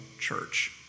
church